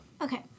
Okay